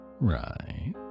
right